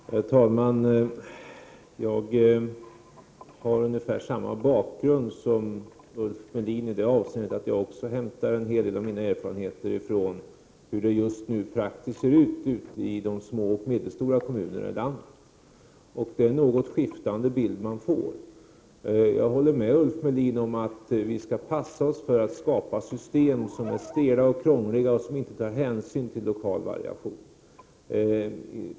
Herr talman! Jag har ungefär samma bakgrund som Ulf Melin i det avseendet att jag också hämtar en hel del av mina erfarenheter från hur det just nu praktiskt ser ut i de små och medelstora kommunerna i landet. Det är en något skiftande bild man får. Jag håller med Ulf Melin om att vi skall passa oss för att skapa system som är stela och krångliga och inte tar hänsyn till lokal variation.